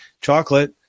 chocolate